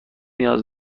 نیاز